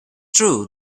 true